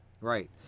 Right